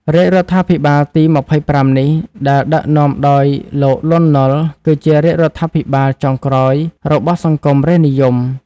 រាជរដ្ឋាភិបាលទី ២៥ នេះ ដែលដឹកនាំដោយលោក លន់ នល់ គឺជា រាជរដ្ឋាភិបាលចុងក្រោយ របស់សង្គមរាស្ត្រនិយម។